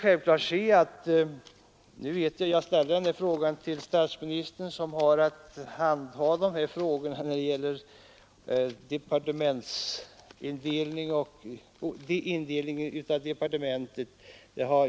Jag ställde denna fråga till statsministern, som har att handha dessa spörsmål, om indelningen av departementen.